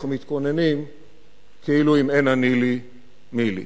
אנחנו מתכוננים כאילו "אם אין אני לי מי לי".